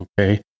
okay